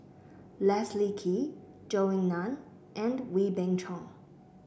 Leslie Kee Zhou Ying Nan and Wee Beng Chong